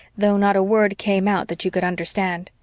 though not a word came out that you could understand,